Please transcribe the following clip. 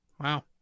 Wow